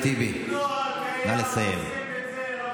זה נוהל קיים, עושים את זה.